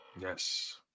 Yes